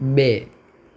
બે